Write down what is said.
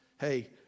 Hey